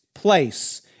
Place